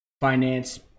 finance